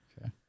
Okay